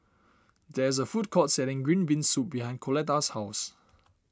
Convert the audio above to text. there is a food court selling Green Bean Soup behind Coletta's house